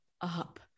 up